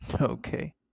Okay